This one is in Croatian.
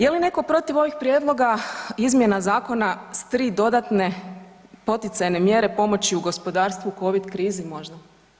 Je li netko protiv ovih prijedloga izmjena zakona s 3 dodatne poticajne mjere pomoći u gospodarstvu Covid krizi možda?